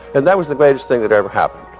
and that was the greatest thing that ever happened